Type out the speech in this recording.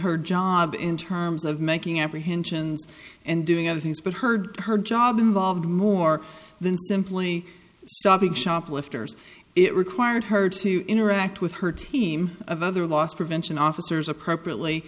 her job in terms of making apprehensions and doing other things but heard her job involved more than simply stopping shoplifters it required her to interact with her team of other loss prevention officers appropriately